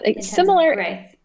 similar